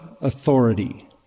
authority